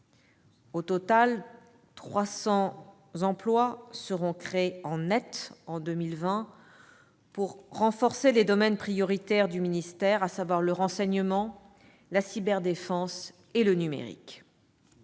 Au total, 300 emplois seront créés en net en 2020 pour renforcer les domaines prioritaires du ministère, à savoir le renseignement, la cyberdéfense et le numérique.